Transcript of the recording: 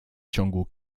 ciągu